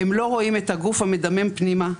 הם לא רואים את הגוף המדמם פנימה,